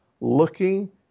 looking